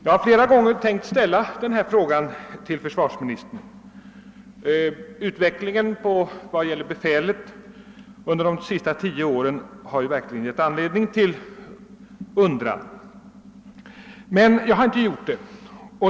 Jag har flera gånger tänkt ställa just den här frågan till försvarsministern — utvecklingen i vad gäller befälsbristen under de senaste tio åren har verkligen givit anledning till undran — men jag har inte gjort det.